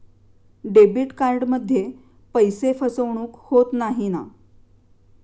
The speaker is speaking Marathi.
डेबिट कार्डमध्ये पैसे फसवणूक होत नाही ना?